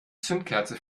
zündkerze